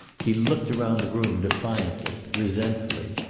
he looked around the room defiantly, resentfully.